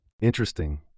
interesting